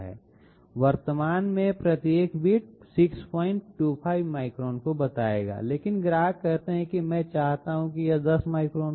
वर्तमान में प्रत्येक बिट 625 माइक्रोन को बताएगा लेकिन ग्राहक कहते हैं कि मैं चाहता हूं कि यह 10 माइक्रोन हो